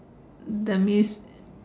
that means